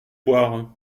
boire